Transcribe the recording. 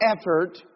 effort